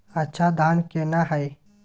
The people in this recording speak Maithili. अच्छा धान केना हैय?